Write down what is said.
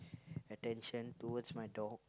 attention towards my dog